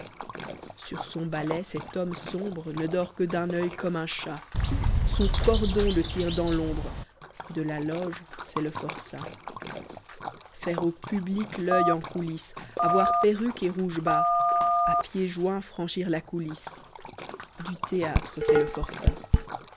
sur son balai cet homme sombre ne dort que d'un oeil comme un chat son cordon le tire dans l'ombre de la loge c'est le forçat faire au public l'oeil en coulisse avoir perruque et rouge bas a pieds joints franchir la coulisse du théâtre c'est le forçat